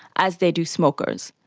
as they do smokers.